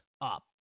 up